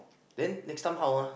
then next time how ah